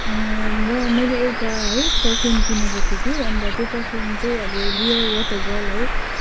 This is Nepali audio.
र मैले एउटा है परफ्युम किनेको थिएँ कि अन्त त्यो परफ्युम चाहिँ अब लेयर वटागर्ल है